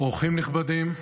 אורחים נכבדים,